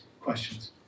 questions